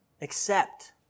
Accept